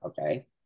Okay